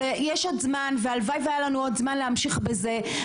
יש עוד זמן והלוואי והיה לנו עוד זמן להמשיך בזה.